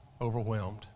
overwhelmed